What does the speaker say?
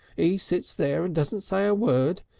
e sits there and doesn't say a word,